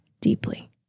deeply